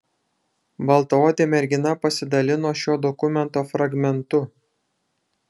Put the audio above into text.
baltaodė mergina pasidalino šio dokumento fragmentu